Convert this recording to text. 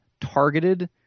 targeted